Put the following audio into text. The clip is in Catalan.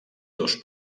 dos